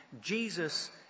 Jesus